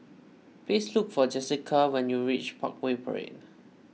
please look for Jessika when you reach Parkway Parade